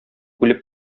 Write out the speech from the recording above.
үлеп